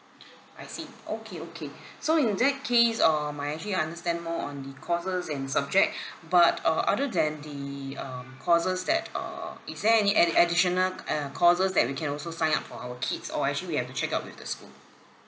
I see okay okay so in that case uh I'm actually understand more on the courses and subject but uh other than the um courses that err is there any addi~ additional uh courses that we can also sign up for our kids or actually we have to check out with the school